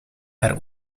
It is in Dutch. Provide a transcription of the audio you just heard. haar